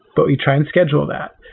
but we try and schedule that,